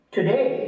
today